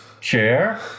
Chair